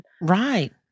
Right